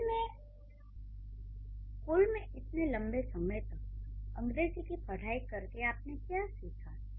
school में इतने लंबे समय तक अंग्रेजी की पढ़ाई करके आपने क्या सीखा